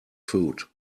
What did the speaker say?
foot